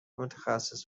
متخصص